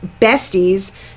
besties